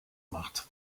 macht